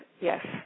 yes